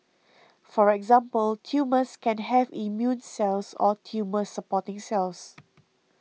for example tumours can have immune cells or tumour supporting cells